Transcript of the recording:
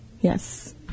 Yes